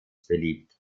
beliebt